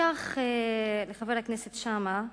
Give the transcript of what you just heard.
לקח לחבר הכנסת שאמה,